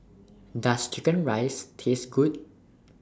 Does Chicken Rice Taste Good